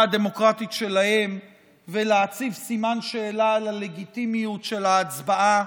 הדמוקרטית שלהם ולהציב סימן שאלה על הלגיטימיות של ההצבעה